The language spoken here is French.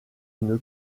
une